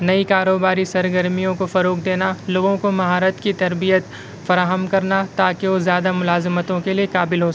نئی کاروباری سرگرمیوں کو فروغ دینا لوگوں کو مہارت کی تربیت فراہم کرنا تاکہ وہ زیادہ ملازمتوں کے لیے قابل ہو